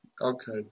Okay